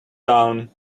down